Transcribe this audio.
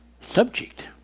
subject